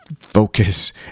focus